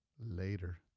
Later